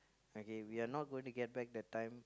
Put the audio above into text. okay we are not going to get back the time